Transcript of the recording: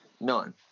None